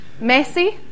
Messi